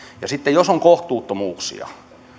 ja sitten jos on kohtuuttomuuksia